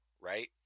Right